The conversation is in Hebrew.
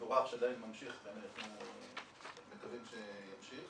מבורך שעדיין ממשיך ואנחנו מקווים שימשיך.